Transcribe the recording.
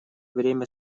время